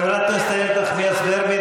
חברת הכנסת איילת נחמיאס ורבין,